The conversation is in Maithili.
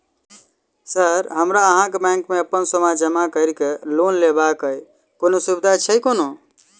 सर हमरा अहाँक बैंक मे अप्पन सोना जमा करि केँ लोन लेबाक अई कोनो सुविधा छैय कोनो?